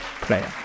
player